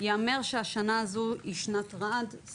ייאמר שהשנה הזו היא שנת רע"ד רעידת אדמה,